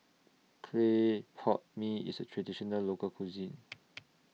Clay Pot Mee IS A Traditional Local Cuisine